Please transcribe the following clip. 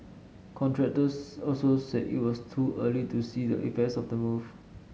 contractors also said it was too early to see the effects of the move